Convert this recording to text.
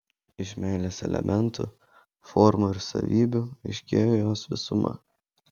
iš meilės elementų formų ir savybių aiškėja jos visuma